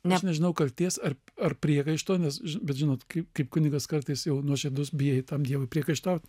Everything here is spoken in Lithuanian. aš nežinau kaltės ar ar priekaišto nes bet žinot kaip kaip kunigas kartais jau nuoširdus bijai tam dievui priekaištaut